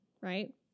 right